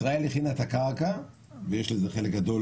ישראל הכינה את הקרקע - יש בזה חלק גדול